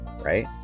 right